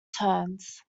turns